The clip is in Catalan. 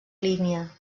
línia